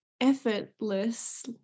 effortless